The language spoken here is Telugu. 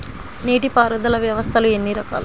నీటిపారుదల వ్యవస్థలు ఎన్ని రకాలు?